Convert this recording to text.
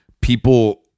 people